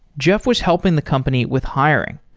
jeff was helping the company with hiring.